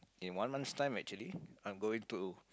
in one month time actually I'm going to